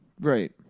Right